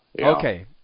Okay